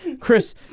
Chris